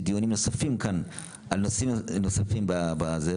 דיונים נוספים כאן על נושאים נוספים בזה,